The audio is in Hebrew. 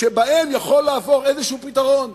שבהם יכול לעבור איזשהו פתרון.